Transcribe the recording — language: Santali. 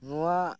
ᱱᱚᱣᱟ